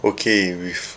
okay with